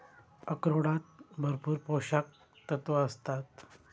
अक्रोडांत भरपूर पोशक तत्वा आसतत